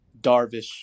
Darvish